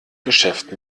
geschäft